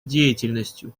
деятельностью